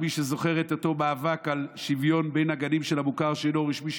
מי שזוכר את אותו מאבק על שוויון בין הגנים של המוכר שאינו רשמי,